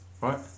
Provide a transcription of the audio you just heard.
right